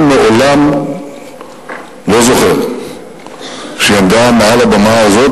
אני מעולם לא זוכר שהיא עמדה על הבמה הזאת,